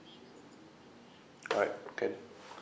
alright can